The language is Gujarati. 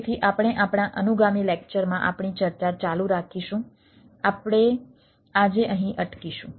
તેથી આપણે આપણા અનુગામી લેક્ચરમાં આપણી ચર્ચા ચાલુ રાખીશું આપણે આજે અહીં અટકીશું